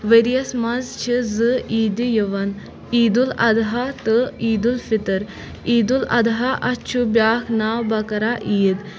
ؤرۍ یَس منٛز چھِ زٕ عیٖدٕ یِوان عیٖدالضحیٰ تہٕ عیٖدالفطر عیٖدالضحیٰ اَتھ چھُ بیٛاکھ ناو بکرا عیٖد